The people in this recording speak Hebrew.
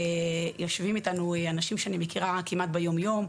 יושבים איתנו אנשים שאני מכירה ביום-יום,